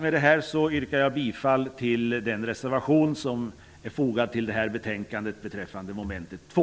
Med detta yrkar jag bifall till den reservation som är fogad till betänkandet beträffande mom. 2.